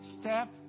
step